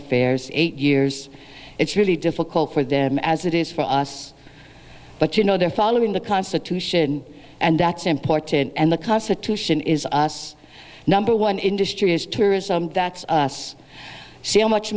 affairs eight years it's really difficult for them as it is for us but you know they're following the constitution and that's important and the constitution is us number one industry is tourism that's us see how much